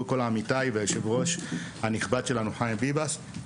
כל עמיתיי והיושב-ראש הנכבד שלנו חיים ביבס.